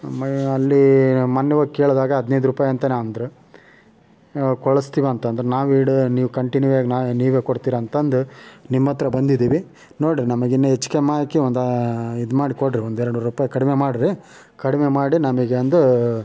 ಮ ಅಲ್ಲಿ ಮೊನ್ನೆ ಹೋಗ್ ಕೇಳಿದಾಗ ಹದಿನೈದು ರೂಪಾಯಿ ಅಂತ ಅಂದರು ನಾವು ಕಳಿಸ್ತಿವಂತಂದ್ರು ನಾವು ಇಡು ನೀವು ಕಂಟಿನ್ಯೂಯಾಗಿ ನಾವು ನೀವೇ ಕೊಡ್ತಿರ ಅಂತಂದು ನಿಮ್ಮಹತ್ರ ಬಂದಿದೀವಿ ನೋಡ್ರಿ ನಮಿಗಿನ್ನ ಹೆಚ್ಕಮ್ಮಾಕಿ ಒಂದು ಇದ್ಮಾಡಿ ಕೊಡ್ರಿ ಒಂದೆರಡು ರೂಪಾಯಿ ಕಡಿಮೆ ಮಾಡ್ರಿ ಕಡಿಮೆ ಮಾಡಿ ನಮಗೆ ಒಂದು